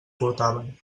portaven